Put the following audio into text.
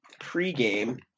pregame